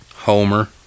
Homer